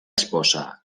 esposa